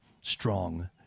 strong